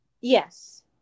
Yes